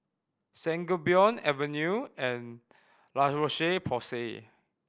Sangobion Avenue and La Roche Porsay